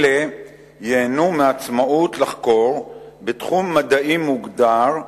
אלה ייהנו מעצמאות לחקור בתחום מדעי מוגדר,